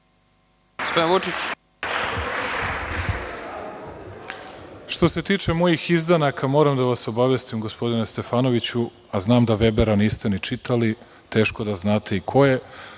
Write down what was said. Što se tiče mojih izdanaka, moram da vas obavestim, gospodine Stefanoviću, a znam da Vebera niste ni čitali, teško da znate i ko je,